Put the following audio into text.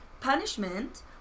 punishment